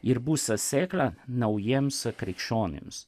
ir bus ta sėkla naujiems krikščionims